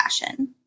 fashion